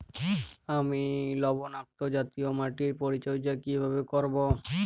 আমি লবণাক্ত জাতীয় মাটির পরিচর্যা কিভাবে করব?